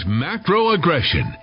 macro-aggression